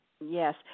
Yes